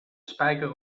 spijker